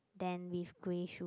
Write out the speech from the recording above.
then with grey shoe